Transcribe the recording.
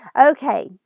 Okay